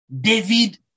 David